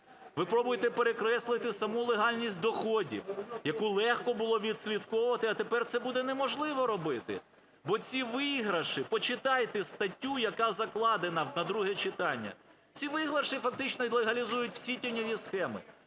ви пробуєте перекреслити саму легальність доходів, яку легко було відслідковувати. А тепер це буде неможливо робити, бо ці виграші, почитайте статтю, яка закладена на друге читання, ці виграші фактично легалізують всі тіньові схеми.